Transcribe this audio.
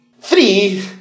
Three